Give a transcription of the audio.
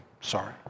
sorry